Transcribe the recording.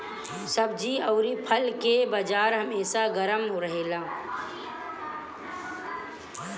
सब्जी अउरी फल के बाजार हमेशा गरम रहेला